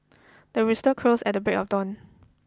the rooster crows at the break of dawn